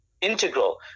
integral